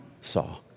saw